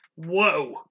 whoa